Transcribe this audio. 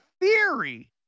theory